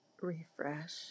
Refresh